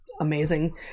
amazing